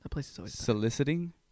soliciting